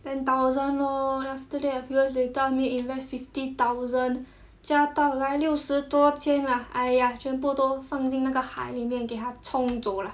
ten thousand lor then after that a few years later ask me invest fifty thousand 加到来六十多千啊 !aiya! 全部都放进那个海里面给他冲走 lah